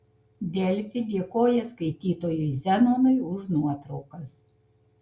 delfi dėkoja skaitytojui zenonui už nuotraukas